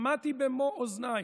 שמעתי במו אוזניי.